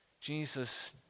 Jesus